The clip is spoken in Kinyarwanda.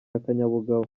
akanyabugabo